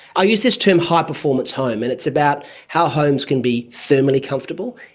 i use this term high performance home, and it's about how homes can be thermally comfortable,